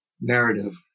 narrative